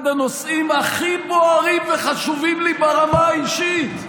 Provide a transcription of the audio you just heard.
הנושאים הכי בוערים וחשובים לי ברמה האישית.